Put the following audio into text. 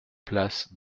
place